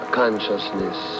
consciousness